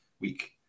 week